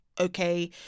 okay